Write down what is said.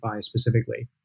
specifically